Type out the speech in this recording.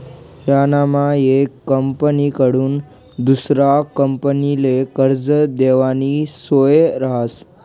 यानामा येक कंपनीकडथून दुसरा कंपनीले कर्ज देवानी सोय रहास